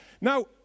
Now